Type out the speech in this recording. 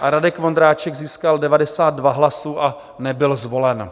A Radek Vondráček získal 92 hlasy a nebyl zvolen.